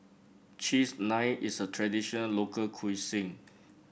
Cheese Naan is a traditional local cuisine